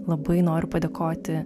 labai noriu padėkoti